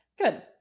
Good